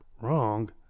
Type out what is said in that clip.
Wrong